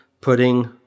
putting